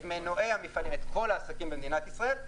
-- את כל העסקים במדינת ישראל,